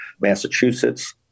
Massachusetts